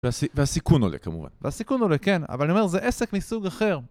והסיכון עולה כמובן. והסיכון עולה, כן, אבל אני אומר, זה עסק מסוג אחר.